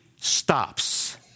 stops